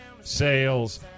sales